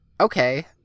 okay